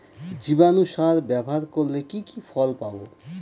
জীবাণু সার ব্যাবহার করলে কি কি ফল পাবো?